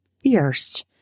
fierce